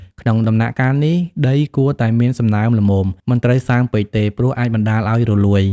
ក្នុងដំណាក់កាលនេះ ដីគួរតែមានសំណើមល្មម មិនត្រូវសើមពេកទេ ព្រោះអាចបណ្តាលឱ្យរលួយ។